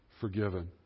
forgiven